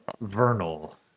Vernal